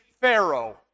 Pharaoh